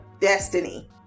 destiny